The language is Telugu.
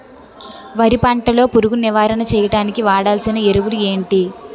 వరి పంట లో పురుగు నివారణ చేయడానికి వాడాల్సిన ఎరువులు ఏంటి?